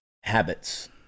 habits